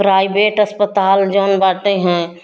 private अस्पताल जौन बाटे हैं